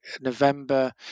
November